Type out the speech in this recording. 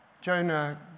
Jonah